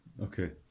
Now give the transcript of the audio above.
Okay